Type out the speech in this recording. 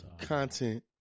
content